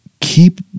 Keep